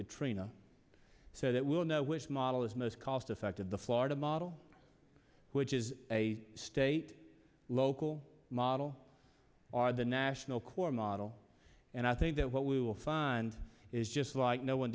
katrina so that we'll know which model is most cost effective the florida model which is a state local model or the national court model and i think that what we will find is just like no one